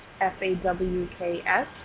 F-A-W-K-S